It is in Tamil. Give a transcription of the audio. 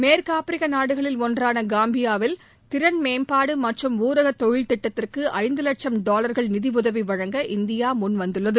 மேற்கு ஆப்பிரிக்க நாடுகளில் ஒன்றான காம்பியாவில் திறன் மேம்பாடு மற்றும் ஊரகத் தொழில் திட்டத்திற்கு ஐந்து லட்சம் டாலர்கள் நிதி உதவி வழங்க இந்தியா முன்வந்துள்ளது